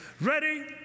Ready